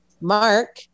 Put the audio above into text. Mark